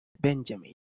Benjamin